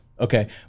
Okay